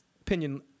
opinion